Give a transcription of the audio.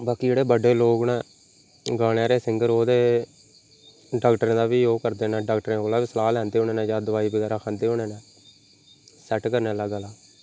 बाकी जेह्ड़े बड्डे लोग न गाने आह्ले सिंगर ओह् ते डाक्टर दा बी ओह् करदे न डाक्टरें कोलां बी सलाह् लैंदे उनें न ज्यादा दवाई बगैरा खंदे होने न सेट करने आह्ला गला